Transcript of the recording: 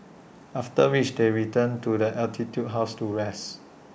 after which they return to the altitude house to rest